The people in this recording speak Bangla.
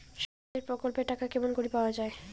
সামাজিক প্রকল্পের টাকা কেমন করি পাওয়া যায়?